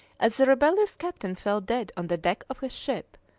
as the rebellious captain fell dead on the deck of his ship,